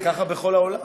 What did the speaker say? זה כך בכל העולם.